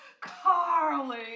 Carly